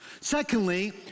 Secondly